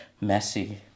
messy